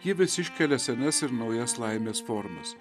ji vis iškelia senas ir naujas laimės formas